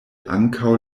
ankaŭ